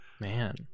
Man